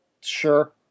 sure